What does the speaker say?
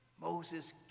Moses